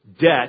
Debt